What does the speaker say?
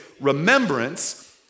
Remembrance